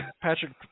Patrick